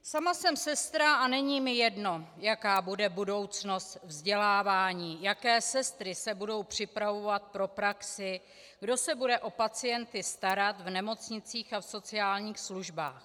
Sama jsem sestra a není mi jedno, jaká bude budoucnost vzdělávání, jaké sestry se budou připravovat pro praxi, kdo se bude o pacienty starat v nemocnicích a sociálních službách.